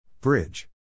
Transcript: Bridge